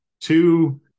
two